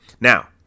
Now